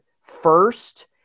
first